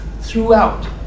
throughout